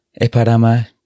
Eparama